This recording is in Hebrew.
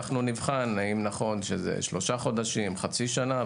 אנו נבחן האם נכון שזה שלושה חודשים, חצי שנה.